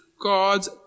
God's